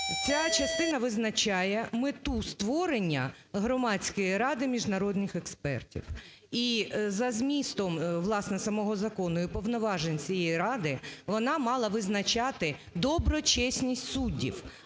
Ця частина визначає мету створення Громадської ради міжнародних експертів. І за змістом, власне, самого закону і повноважень цієї ради вона мала визначати доброчесність суддів.